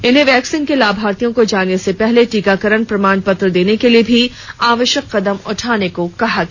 इन्हें वैक्सीन के लाभार्थियों को जाने से पहले टीकाकरण प्रमाण पत्र देने के लिए भी आवश्यक कदम उठाने को कहा गया